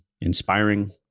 inspiring